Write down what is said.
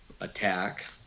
attack